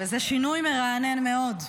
וזה שינוי מרענן מאוד.